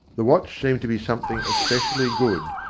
the watch seemed to be some thing especially good,